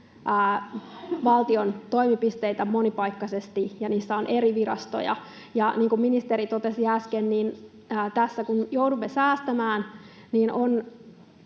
valtion toimipisteitä monipaikkaisesti, ja niissä on eri virastoja. Ja niin kuin ministeri totesi äsken, tässä kun joudumme säästämään,